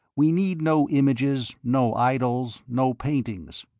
we need no images, no idols, no paintings.